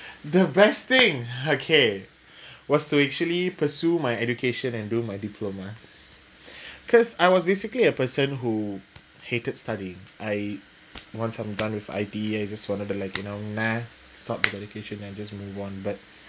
the best thing okay was to actually pursue my education and do my diplomas because I was basically a person who hated studying I once I'm done with I_T_E I just wanted to like you know and stop the education and just move on but